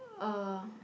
uh